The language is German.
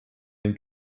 den